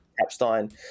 Capstein